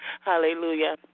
Hallelujah